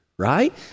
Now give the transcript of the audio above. right